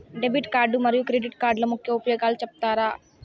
Debit card మరియు credit కార్డుల ముఖ్య ఉపయోగాలు సెప్తారా?